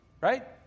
right